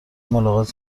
ملاقات